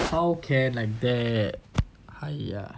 how can like that !haiya!